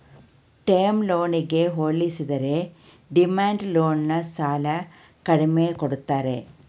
term ಲೋನ್ಗೆ ಹೋಲಿಸಿದರೆ demand loan ನ ಸಾಲ ಕಡಿಮೆ ಕೊಡ್ತಾರೆ